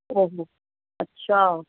ਓ ਹੋ ਅੱਛਾ